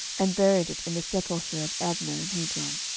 and buried it in the sepulchre of abner in hebron.